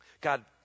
God